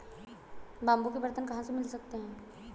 Bamboo के बर्तन कहाँ से मिल सकते हैं?